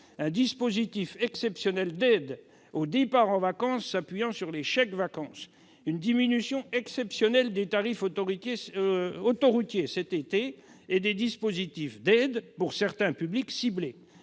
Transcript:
d'un dispositif exceptionnel d'aide au départ en vacances s'appuyant sur les chèques-vacances, une diminution exceptionnelle des tarifs autoroutiers cet été et des dispositifs d'aide pour certains publics ciblés.